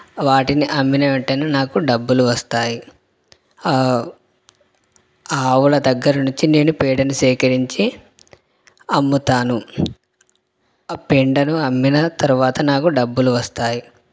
వాటిని అమ్మిన వెంటనే నాకు డబ్బులు వస్తాయి ఆవుల దగ్గర నుంచి నేను పేడను సేకరించి అమ్ముతాను ఆ పెండను అమ్మిన తర్వాత నాకు డబ్బులు వస్తాయి